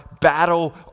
battle